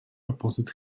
opposite